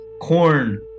corn